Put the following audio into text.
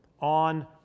on